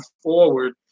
forward